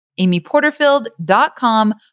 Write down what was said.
amyporterfield.com